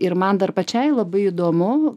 ir man dar pačiai labai įdomu